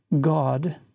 God